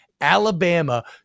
Alabama